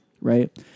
right